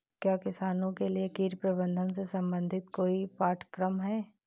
क्या किसानों के लिए कीट प्रबंधन से संबंधित कोई पाठ्यक्रम है?